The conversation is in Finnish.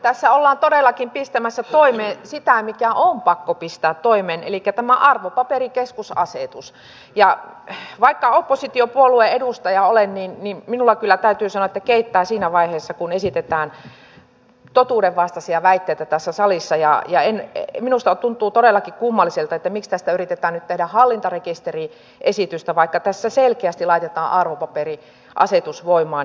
tässä ollaan todellakin pistämässä toimeen sitä mikä on pakko pistää toimeen elikkä tätä arvopaperikeskusasetusta ja vaikka oppositiopuolueen edustaja olen niin täytyy sanoa että minulla kyllä keittää siinä vaiheessa kun esitetään totuudenvastaisia väitteitä tässä salissa ja minusta tuntuu todellakin kummalliselta se miksi tästä yritetään nyt tehdä hallintarekisteriesitystä vaikka tässä selkeästi laitetaan arvopaperiasetus voimaan